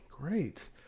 great